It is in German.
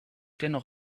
dennoch